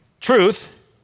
truth